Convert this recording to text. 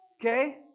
Okay